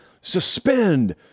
Suspend